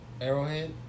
Arrowhead